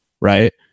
right